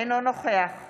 אינו נוכח